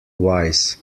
wise